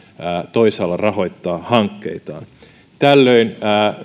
toisaalla rahoittaa hankkeitaan tällöin